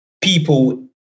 people